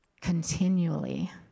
continually